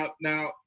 now